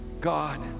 God